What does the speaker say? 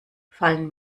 fallen